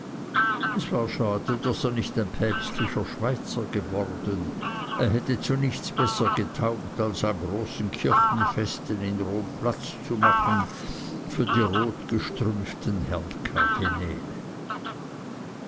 es war schade daß er nicht ein päpstlicher schweizer geworden er hätte zu nichts besser getaugt als an großen kirchenfesten in rom platz zu machen für die rotgestrümpften herrn kardinäle